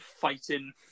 fighting